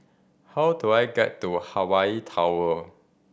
how do I get to Hawaii Tower